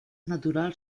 natural